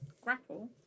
Grapple